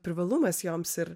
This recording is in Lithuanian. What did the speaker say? privalumas joms ir